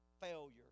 failure